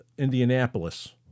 Indianapolis